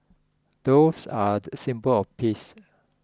doves are the symbol of peace